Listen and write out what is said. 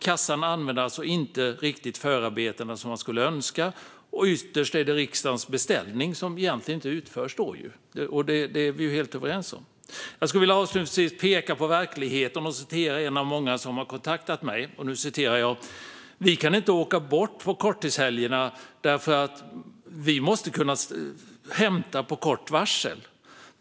Kassan använder alltså inte riktigt förarbetena så som vi skulle önska. Ytterst är det egentligen riksdagens beställning som inte utförs. Det är vi helt överens om. Jag skulle avslutningsvis vilja peka på verkligheten och återge vad en av många som har kontaktat mig säger: Vi kan inte åka bort på korttidshelgerna därför att vi måste kunna hämta med kort varsel.